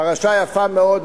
פרשה יפה מאוד,